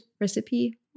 recipe